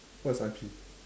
what's I_P